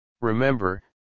Remember